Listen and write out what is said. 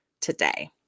today